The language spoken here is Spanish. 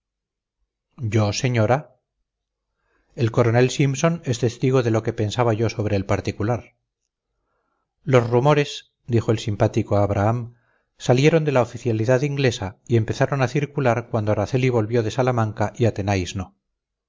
yo señora el coronel simpson es testigo de lo que pensaba yo sobre el particular los rumores dijo el simpático abraham partieron de la oficialidad inglesa y empezaron a circular cuando araceli volvió de salamanca y athenais no